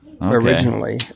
originally